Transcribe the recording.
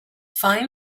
find